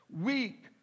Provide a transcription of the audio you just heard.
weak